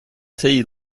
tea